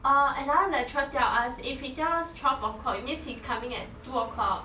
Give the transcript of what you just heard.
uh another lecturer tell us if he tell us twelve o'clock it means he coming at two o'clock